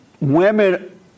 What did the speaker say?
Women